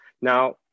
Now